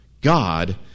God